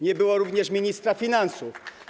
Nie było również ministra finansów.